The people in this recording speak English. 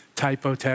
typo